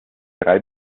drei